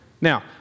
Now